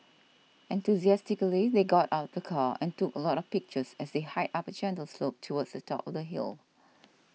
enthusiastically they got out the car and took a lot of pictures as they hiked up a gentle slope towards the top of the hill